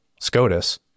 SCOTUS